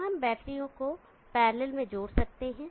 क्या हम बैटरी को पैरेलल में जोड़ सकते हैं